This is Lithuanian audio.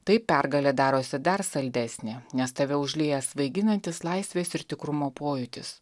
taip pergalė darosi dar saldesnė nes tave užlieja svaiginantis laisvės ir tikrumo pojūtis